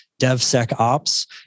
DevSecOps